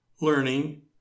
learning